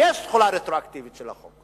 ויש תחולה רטרואקטיבית של החוק,